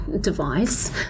device